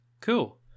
Cool